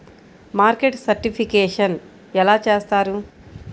Market certification ఎలా చేస్తారు?